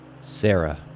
Sarah